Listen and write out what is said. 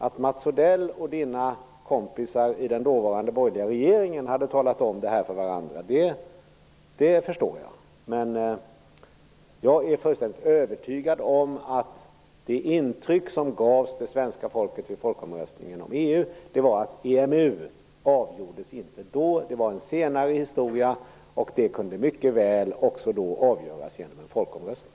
Att Mats Odell och hans kompisar i den dåvarande borgerliga regeringen hade talat om det här för varandra förstår jag. Jag är emellertid fullständigt övertygad om att det intryck svenska folket fick vid folkomröstningen om EU var att EMU inte då avgjordes utan att det var en senare historia som mycket väl kunde avgöras genom en folkomröstning.